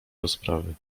rozprawy